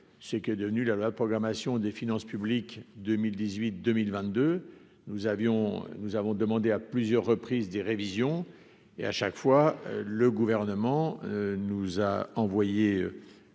ce qu'est devenue la la programmation des finances publiques 2018, 2022 nous avions, nous avons demandé à plusieurs reprises des révisions et à chaque fois, le gouvernement nous a envoyé